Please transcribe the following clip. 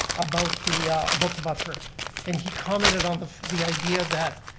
about the but the buffer and he commented on the the idea that.